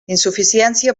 insuficiència